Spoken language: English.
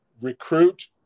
recruit